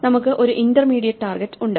നമുക്ക് ഒരു intermediate target ഉണ്ട്